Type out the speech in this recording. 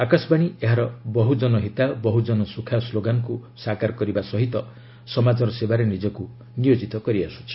ଆକାଶବାଣୀ ଏହାର ବହୁଜନ ହିତାୟ ବହୁଜନ ସୁଖାୟ ସ୍ଲୋଗାନକୁ ସାକାର କରିବା ସହ ସମାଜର ସେବାରେ ନିଜକୁ ନିୟୋଜିତ କରି ଆସୁଛି